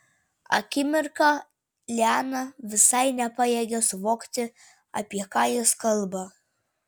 akimirką liana visai nepajėgė suvokti apie ką jis kalba